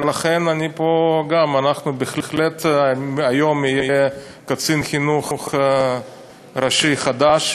בהחלט, היום יהיה קצין חינוך ראשי חדש,